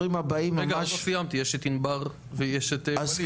רגע עוד לא סיימתי יש את ענבר ויש את ואליד.